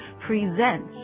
presents